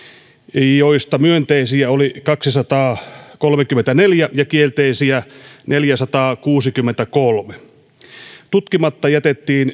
joista myönteisiä oli kaksisataakolmekymmentäneljä ja kielteisiä neljäsataakuusikymmentäkolme tutkimatta jätettiin